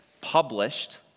published